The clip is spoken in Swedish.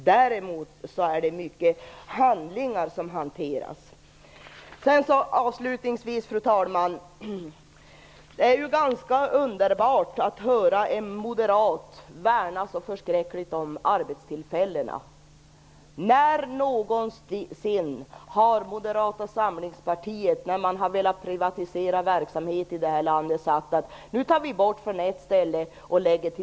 Däremot är det mycket handlingar som hanteras. Det är ju ganska underbart att höra en moderat värna så förskräckligt om arbetstillfällena. När någonsin har Moderata samlingspartiet kritiserat att man tar bort personal från ett ställe och skapar nya jobb på ett annat när man har velat privatisera verksamhet här i landet?